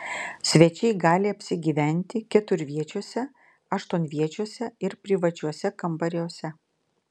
svečiai gali apsigyventi keturviečiuose aštuonviečiuose ir privačiuose kambariuose